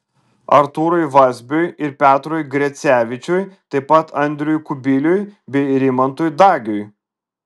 artūrui vazbiui ir petrui grecevičiui taip pat andriui kubiliui bei rimantui dagiui